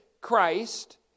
Christ